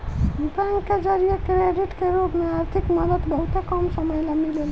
bank के जरिया credit के रूप में आर्थिक मदद बहुते कम समय ला मिलेला